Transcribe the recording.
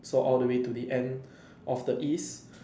so all the way to the end of the east